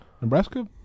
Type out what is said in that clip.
Nebraska